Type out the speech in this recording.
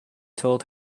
told